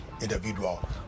individual